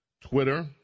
Twitter